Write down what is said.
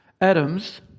Adam's